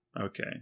okay